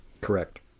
Correct